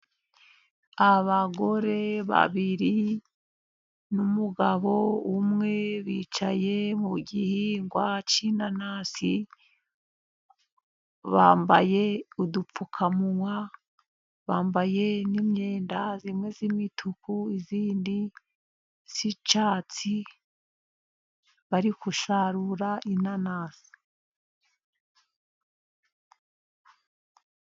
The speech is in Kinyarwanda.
Abagore babiri n'umugabo umwe, bicaye mu gihingwa cy'inanasi. Bambaye udupfukamunwa, bambaye n'imyenda imwe y'imituku, iyindi y'icyatsi, bari gusarura inanasi.